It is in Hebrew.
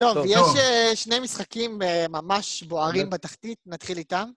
טוב, יש שני משחקים ממש בוערים בתחתית, נתחיל איתם.